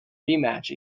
rematch